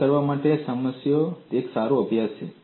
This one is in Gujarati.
તે કરવા માટે એક સારો અભ્યાસ છે